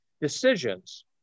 decisions